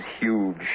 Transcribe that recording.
huge